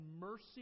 mercy